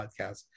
podcast